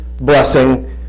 blessing